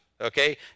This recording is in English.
okay